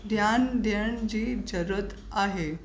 ध्यानु ॾियण जी ज़रूरत आहे